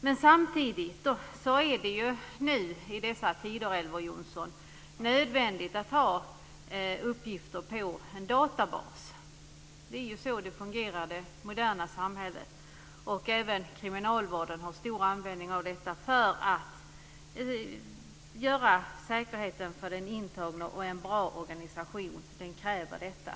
Men samtidigt är det i dessa tider, Elver Jonsson, nödvändigt att ha uppgifter i en databas. Det är ju så det moderna samhället fungerar. Även kriminalvården har stor användning av detta för att öka säkerheten för den intagne. En bra organisation kräver detta.